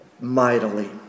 mightily